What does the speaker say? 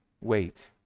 wait